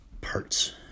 parts